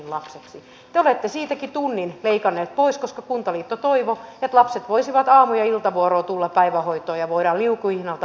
te olette siitäkin tunnin leikanneet pois koska kuntaliitto toivoi että lapset voisivat aamu ja iltavuoroon tulla päivähoitoon ja voidaan liukuhihnalta hoitaa tämä homma